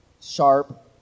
sharp